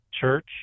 church